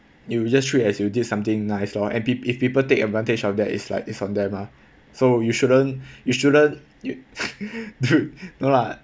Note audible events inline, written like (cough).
you'll just treat as you did something nice lor and if people take advantage of that is like is on them lah so you shouldn't you shouldn't (laughs) dude no lah